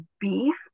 beef